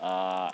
err